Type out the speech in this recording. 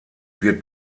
wird